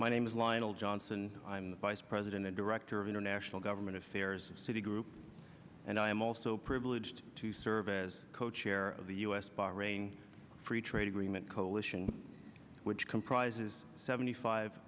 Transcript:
my name is lionel johnson i'm the vice president and director of international government affairs of citi group and i am also privileged to serve as co chair of the u s barring free trade agreement coalition which comprises seventy five